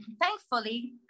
thankfully